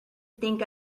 think